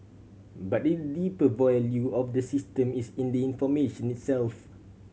but the deeper value of the system is in the information itself